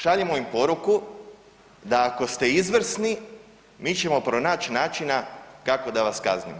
Šaljemo im poruku da ako ste izvrsni, mi ćemo pronaći načina kako da vas kaznimo.